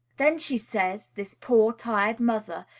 then she says, this poor, tired mother,